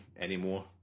anymore